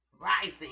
rising